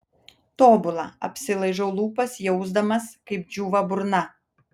tobula apsilaižau lūpas jausdamas kaip džiūva burna